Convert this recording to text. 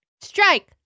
strike